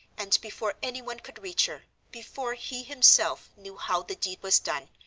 and before anyone could reach her, before he himself knew how the deed was done,